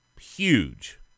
Huge